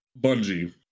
Bungie